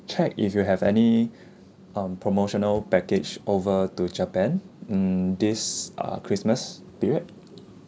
check if you have any um promotional package over to japan mm this ah christmas period